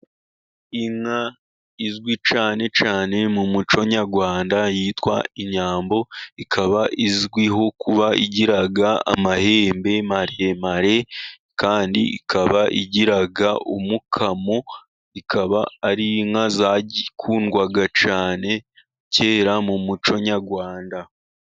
Inka izwi cyane cyane mu muco nyarwanda yitwa inyambo, ikaba izwiho kuba igira amahembe maremare, kandi ikaba igira umukamo, ikaba ari inka zakundwaga cyane, kera mu muco nyarwanda.